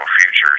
futures